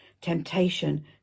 temptation